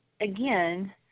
again